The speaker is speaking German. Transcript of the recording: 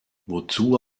wozu